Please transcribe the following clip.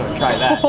try that,